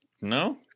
No